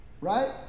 right